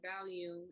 value